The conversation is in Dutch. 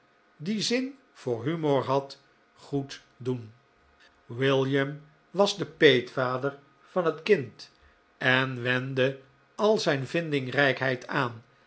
die zin voor humor had goed doen william was de peetvader van het kind en wendde al zijn vindingrijkheid aan